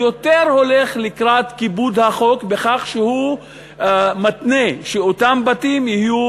הולך יותר לקראת כיבוד החוק בכך שהוא מתנה שאותם בתים יהיו